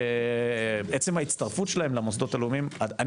עצם ההצטרפות שלהם למוסדות הלאומיים אני